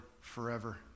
forever